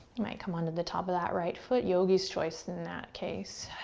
might come onto the top of that right foot, yogies choice in that case.